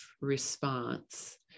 response